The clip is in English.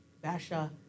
Basha